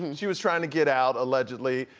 she was trying to get out, allegedly.